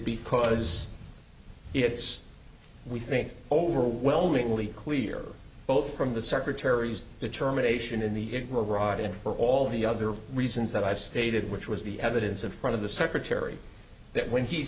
because it's we think overwhelmingly clear both from the secretary's determination in the iraq and for all the other reasons that i've stated which was the evidence in front of the secretary that when he